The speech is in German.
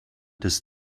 des